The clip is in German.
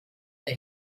der